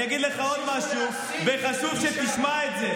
אני אגיד לך עוד משהו, וחשוב שתשמע את זה.